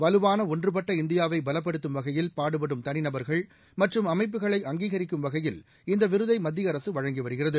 வலுவான ஒன்றுபட்ட இந்தியாவை பலப்படுத்தும் வகையில் பாடுபடும் தனிநபர்கள் மற்றும் அமைப்புகளை அங்கீகரிக்கும் வகையில் இந்த விருதை மத்திய அரசு வழங்கி வருகிறது